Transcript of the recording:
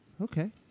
Okay